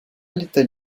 l’état